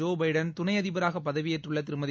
Joe Biden துணை அதிபராக பதவியேற்றுள்ள திருமதி